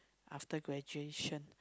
after graduation